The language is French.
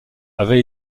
avait